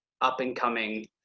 up-and-coming